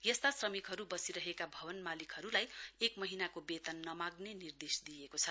यस्ता श्रमिकहरु वसिरहेका भवन मालिकहरुलाई एक महीनाको वेतन नमांग्रे निर्देश दिइएको छ